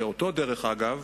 שאותו, דרך אגב,